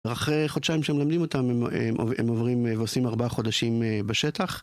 אחרי חודשיים שהם מלמדים אותם הם עוברים ועושים 4 חודשים בשטח